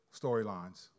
storylines